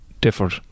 differed